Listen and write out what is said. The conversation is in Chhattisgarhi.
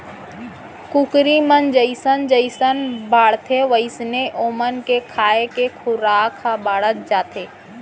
कुकरी मन जइसन जइसन बाढ़थें वोइसने ओमन के खाए के खुराक ह बाढ़त जाथे